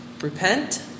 Repent